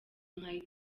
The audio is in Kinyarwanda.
nkayo